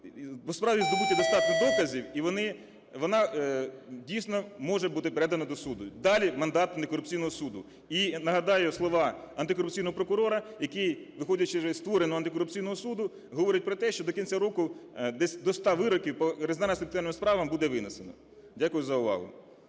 по справі здобуто достатньо доказів і вона, дійсно, може бути передана до суду, далі – мандат антикорупційного суду. І нагадаю слова антикорупційного прокурора, який, виходячи із уже створеного антикорупційного суду, говорить про те, що до кінця року десь до 100 вироків по резонансним кримінальним справам буде винесено. Дякую за увагу.